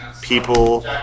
people